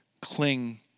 Cling